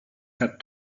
quatre